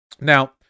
Now